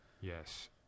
yes